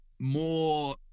more